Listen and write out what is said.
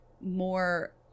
more